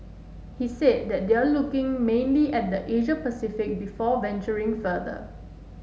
he said that they are looking mainly at the Asia Pacific before venturing further